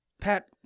Pat